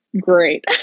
great